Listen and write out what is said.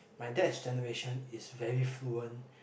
my dad's generation is very fluent